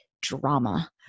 drama